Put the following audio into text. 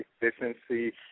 efficiency